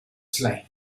slain